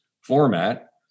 format